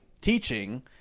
teaching